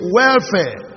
welfare